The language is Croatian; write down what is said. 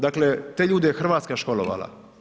Dakle, te ljude je Hrvatska školovala.